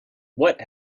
what